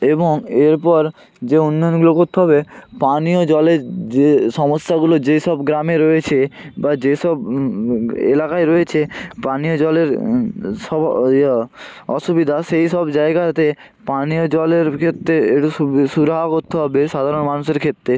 এবং এরপর যে অন্যান্যগুলো করতে হবে পানীয় জলের যে সমস্যাগুলো যেসব গ্রামে রয়েছে বা যেসব এলাকায় রয়েছে পানীয় জলের অসুবিধা সেই সব জায়গাতে পানীয় জলের ক্ষেত্রে একটু সুরাহা করতে হবে সাধারণ মানুষের ক্ষেত্রে